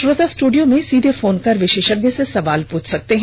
श्रोता स्टूडियो में सीधे फोन कर विशेषज्ञ से सवाल पूछ सकते हैं